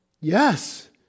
Yes